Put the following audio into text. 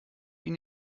ihn